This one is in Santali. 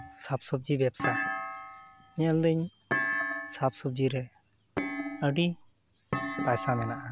ᱥᱟᱵᱽᱼᱥᱚᱵᱽᱡᱤ ᱵᱮᱵᱽᱥᱟ ᱧᱮᱞᱫᱟᱹᱧ ᱥᱟᱵᱽᱼᱥᱚᱵᱽᱡᱤᱨᱮ ᱟᱹᱰᱤ ᱯᱟᱭᱥᱟ ᱢᱮᱱᱟᱜᱼᱟ